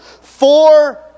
four